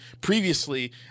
previously